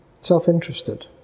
self-interested